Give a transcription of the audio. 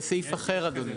זה סעיף אחר, אדוני.